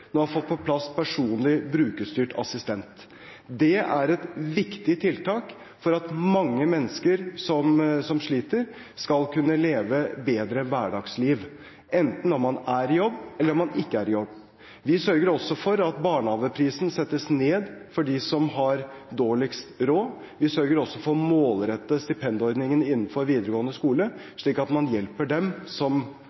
har fått på plass personlig brukerstyrt assistent. Dette er et viktig tiltak for at mange mennesker som sliter, skal kunne leve bedre hverdagsliv enten man er i jobb eller man ikke er i jobb. Vi sørger for at barnehageprisen settes ned for dem som har dårligst råd. Vi sørger også for å målrette stipendordningen innenfor videregående skole,